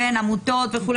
עמותות וכו',